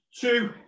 two